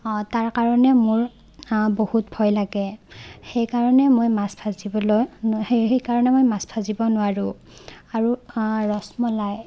তাৰ কাৰণে মোৰ বহুত ভয় লাগে সেইকাৰণে মই মাছ ভাজিবলৈ সেইকাৰণে মই মাছ ভাজিব নোৱাৰোঁ আৰু ৰসমলাই